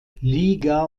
liga